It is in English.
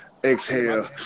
Exhale